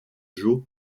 joe